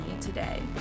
today